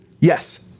Yes